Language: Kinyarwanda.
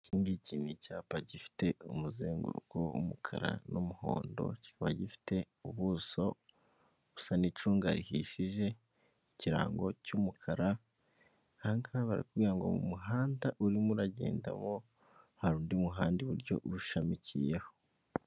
Iki ngiki ni icyapa gifite umuzenguruko w'umukara n'umuhondo kikaba gifite ubuso busa n'icunga rihishije, ikirango cy'umukara aha barakubwira ngo mu muhanda urimo uragendamo hari undi muhanda iburyo uwushamikiyeho.